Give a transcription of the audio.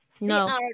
No